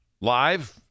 Live